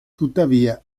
tuttavia